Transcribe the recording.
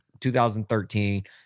2013